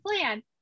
plan